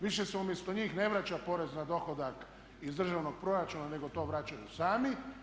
Više se umjesto njih ne vraća porez na dohodak iz državnog proračuna nego to vraćaju sami.